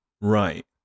right